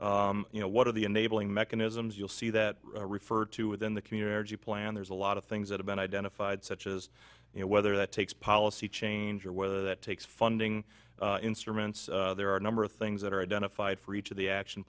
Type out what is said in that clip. support you know what are the enabling mechanisms you'll see that referred to within the community plan there's a lot of things that have been identified such as you know whether that takes policy change or whether that takes funding instruments there are a number of things that are identified for each of the action